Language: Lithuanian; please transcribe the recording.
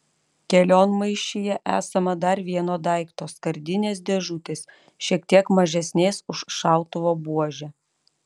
kelionmaišyje esama dar vieno daikto skardinės dėžutės šiek tiek mažesnės už šautuvo buožę